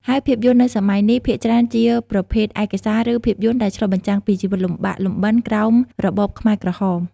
ហើយភាពយន្តនៅសម័យនេះ ភាគច្រើនជាប្រភេទឯកសារ ឬភាពយន្តដែលឆ្លុះបញ្ចាំងពីជីវិតលំបាកលំបិនក្រោមរបបខ្មែរក្រហម។